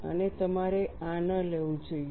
અને તમારે આ ન લેવું જોઈએ